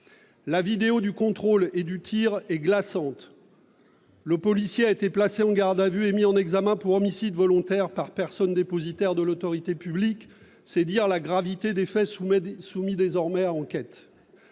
La vidéo du contrôle et du tir est glaçante. Le policier a été placé en garde de vue et mis en examen pour homicide volontaire par personne dépositaire de l'autorité publique. C'est dire la gravité des faits soumis désormais à enquête.